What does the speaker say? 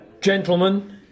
Gentlemen